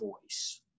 voice